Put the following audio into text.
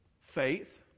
Faith